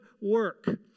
work